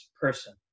person